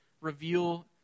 reveal